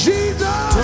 Jesus